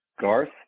Garth